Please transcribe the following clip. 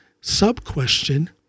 Sub-question